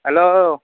hello